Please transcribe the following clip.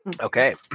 Okay